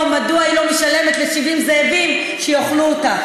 מדוע היא לא משלמת ל-70 זאבים שיאכלו אותה.